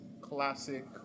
classic